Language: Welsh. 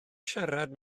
siarad